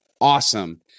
awesome